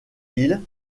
hill